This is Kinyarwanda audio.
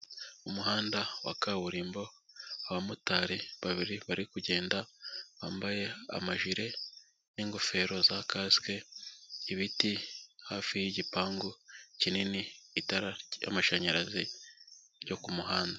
Umuhanda wa kaburimbo, abamotari babiri bari kugenda bambaye amajire n'ingofero za kasike, ibiti hafi y'igipangu kinini, itara ry'amashanyarazi ryo ku muhanda.